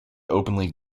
openly